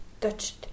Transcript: touched